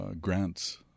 grants